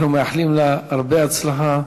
אנחנו מאחלים לה הרבה הצלחה,